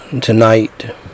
tonight